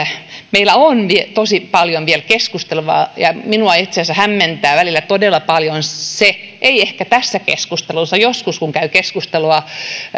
meillä on tosi paljon vielä keskusteltavaa ja minua itse asiassa hämmentää välillä todella paljon se ei ehkä tässä keskustelussa että joskus kun käy keskustelua